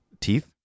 teeth